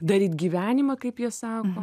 daryt gyvenimą kaip jie sako